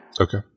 Okay